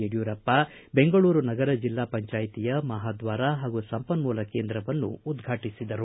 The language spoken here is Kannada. ಯಡಿಯೂರಪ್ಪ ಬೆಂಗಳೂರು ನಗರ ಜೆಲ್ಲಾ ಪಂಚಾಯತಿಯ ಮಹಾದ್ವಾರ ಹಾಗೂ ಸಂಪನ್ಮೂಲ ಕೇಂದ್ರವನ್ನು ಉದ್ಘಾಟಿಸಿದರು